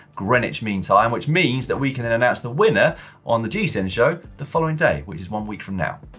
greenwich mean time, which means that we can then announce the winner on the gcn show the following day which is one week from now.